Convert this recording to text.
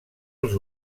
els